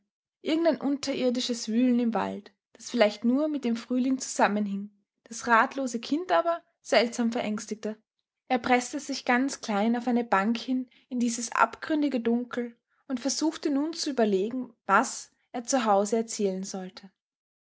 irgendein unterirdisches wühlen im wald das vielleicht nur mit dem frühling zusammenhing das ratlose kind aber seltsam verängstigte er preßte sich ganz klein auf eine bank hin in dieses abgründige dunkel und versuchte nun zu überlegen was er zu hause erzählen sollte